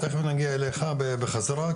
תיכף נגיע אלייך בחזרה,